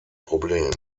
problemen